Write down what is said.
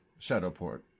Shadowport